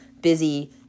busy